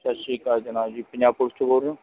ਸਤਿ ਸ਼੍ਰੀ ਅਕਾਲ ਜਨਾਬ ਜੀ ਪੰਜਾਬ ਪੁਲਸ ਚੋਂ ਬੋਲ ਰਹੇ ਹੋ